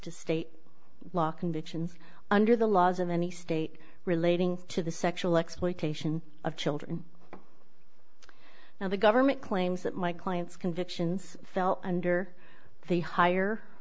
to state law convictions under the laws of any state relating to the sexual exploitation of children now the government claims that my client's convictions fell under the higher